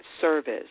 service